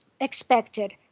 expected